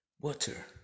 water